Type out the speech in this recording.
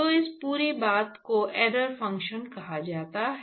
तो इस पूरी बात को एरर फंक्शन कहा जाता है